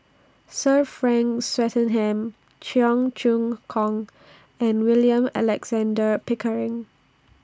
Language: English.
Sir Frank Swettenham Cheong Choong Kong and William Alexander Pickering